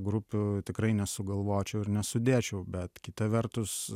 grupių tikrai nesugalvočiau ir nesudėčiau bet kita vertus